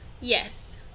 Yes